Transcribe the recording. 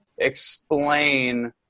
explain